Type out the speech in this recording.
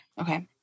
Okay